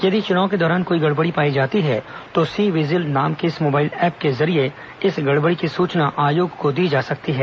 यदि चुनाव के दौरान कोई गड़बड़ी पाई जाती है तो सी विजिल नाम के इस मोबाइल ऐप के जरिये इस गड़बड़ी की सूचना आयोग को दी जा सकती है